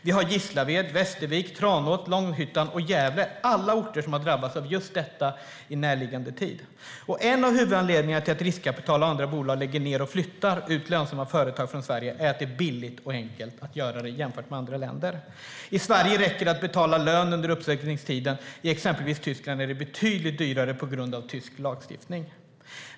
Vi har Gislaved, Västervik, Tranås, Långhyttan och Gävle. Alla dessa är orter som har drabbats av just detta i närliggande tid. En av huvudanledningarna till att riskkapitalbolag och andra bolag lägger ned och flyttar ut lönsamma företag från Sverige är att det är billigt och enkelt att göra det jämfört med andra länder. I Sverige räcker det att betala lön under uppsägningstiden; i exempelvis Tyskland är det betydligt dyrare på grund av tysk lagstiftning.